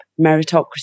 Meritocracy